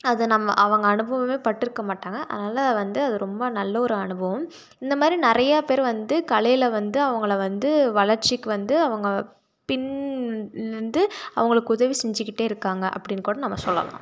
அதை நம்ம அவங்க அனுபவமே பட்டிருக்க மாட்டாங்க அதனால் வந்து அது ரொம்ப நல்ல ஒரு அனுபவம் இந்தமாதிரி நிறையா பேர் வந்து கலையில் வந்து அவங்களை வந்து வளர்ச்சிக்கு வந்து அவங்க பின்லேருந்து அவர்களுக்கு உதவி செஞ்சுக்கிட்டே இருக்காங்க அப்படின்னு கூட நம்ம சொல்லலாம்